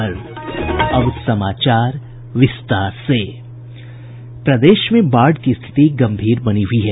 प्रदेश में बाढ़ की स्थिति गंभीर बनी हुई है